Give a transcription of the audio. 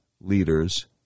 leaders